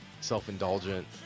self-indulgent